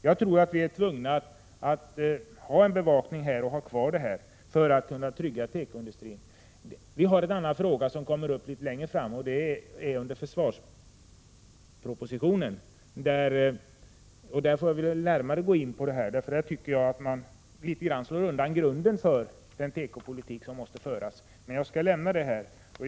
Jag tror att vi är tvungna att fortsätta att bevaka detta för att trygga tekoindustrin. Vi har en annan fråga i detta sammanhang, som kommer att tas upp litet längre fram i samband med försvarspropositionen. Då får vi gå närmare in på detta. Jag tycker nämligen att man litet grand slår undan grunden för den tekopolitik som måste föras. Men jag skall inte ta upp detta nu.